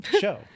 show